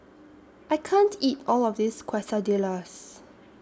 I can't eat All of This Quesadillas